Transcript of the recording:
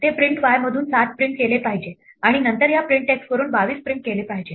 ते print y मधून 7 print केले पाहिजे आणि नंतर या प्रिंट x वरून 22 प्रिंट केले पाहिजे